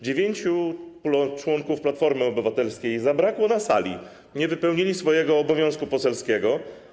Dziewięcioro członków Platformy Obywatelskiej zabrakło na sali, nie wypełniło swojego obowiązku poselskiego.